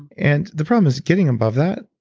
and and the problem is getting above that,